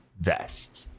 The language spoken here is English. vest